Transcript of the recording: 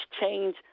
change